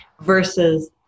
versus